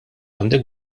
għandek